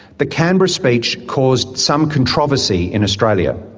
the canberra speech caused some controversy in australia,